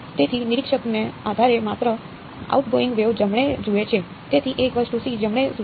તેથી નિરીક્ષકના આધારે માત્ર આઉટગોઇંગ વેવ જમણે જુએ છે તેથી જમણે સૂચવે છે